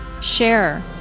Share